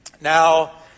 Now